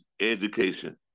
education